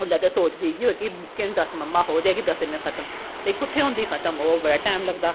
ओल्लै ते सोचदी इ'यो ऐ कि केह् दस मम्मा हो जाएगी दस दिन में खत्म लेकन कु'त्थै होंदी खत्म ओह् बड़ा टैम लगदा